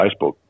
Facebook